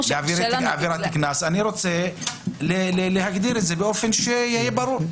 לעבירת קנס אני רוצה להגדיר את זה באופן ברור,